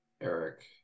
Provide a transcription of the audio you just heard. Eric